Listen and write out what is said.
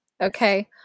Okay